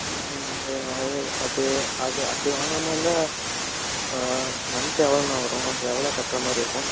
ம் ஒரு ஆவ்ரே அப்படியே அது அப்படி வாங்கிற மாதிரி இருந்தால் ஆ மந்த் எவ்வளோண்ணா வரும் எவ்வளோ கட்டுற மாதிரி இருக்கும்